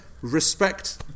respect